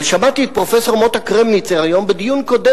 אבל שמעתי את פרופסור מוטה קרמניצר היום בדיון קודם